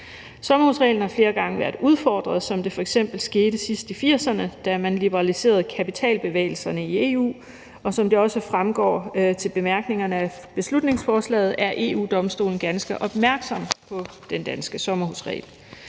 Sommerhusreglen har flere gange været udfordret, som det f.eks. skete sidst i 1980'erne, da man liberaliserede kapitalbevægelserne i EU, og som det også fremgår i bemærkningerne til beslutningsforslaget, er EU-Domstolen ganske opmærksom på den danske sommerhusregel.